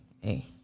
Hey